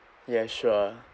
ya sure